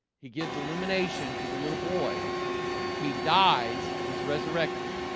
he gives illumination to the little boy he dies and is resurrected